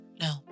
No